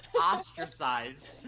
ostracized